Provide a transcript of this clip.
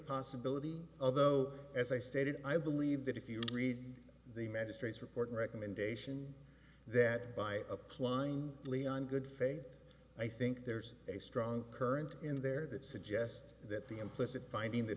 possibility although as i stated i believe that if you read the magistrate's report recommendation that by applying leon good faith i think there's a strong current in there that suggests that the implicit